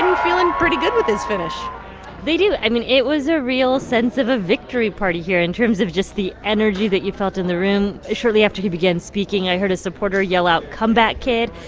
um feeling pretty good with his finish they do. i mean, it was a real sense of a victory party here in terms of just the energy that you felt in the room. shortly after he began speaking, i heard a supporter yell out, comeback kid.